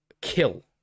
kill